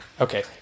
okay